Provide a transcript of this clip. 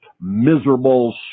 miserable